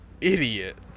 idiot